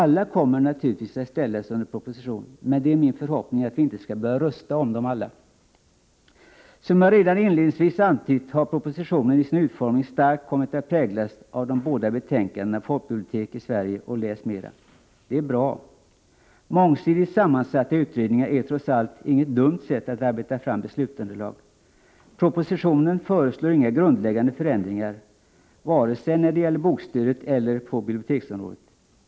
Alla kommer naturligtvis att bibliotek ställas under proposition, men det är min förhoppning att vi inte skall behöva rösta om dem alla. Som jag redan inledningsvis antytt har propositionen i sin utformning starkt kommit att präglas av de båda betänkandena Folkbibliotek i Sverige och LÄS MERA! Det är bra. Mångsidigt sammansatta utredningar är trots allt inget dumt sätt att arbeta fram beslutsunderlag. Propositionen föreslår inga grundläggande förändringar vare sig när det gäller bokstödet eller på biblioteksområdet.